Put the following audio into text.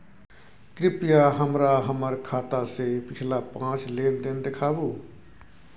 कृपया हमरा हमर खाता से पिछला पांच लेन देन देखाबु